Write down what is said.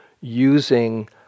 using